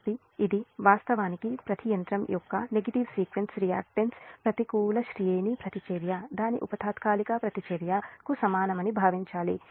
కాబట్టి ఇది వాస్తవానికి ప్రతి యంత్రం యొక్క నెగిటివ్ సీక్వెన్స్ రియాక్ట్ ప్రతికూల శ్రేణి ప్రతిచర్య దాని ఉప తాత్కాలిక ప్రతిచర్య కు సమానమని భావించాలి